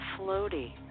floaty